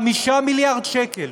5 מיליארד שקל.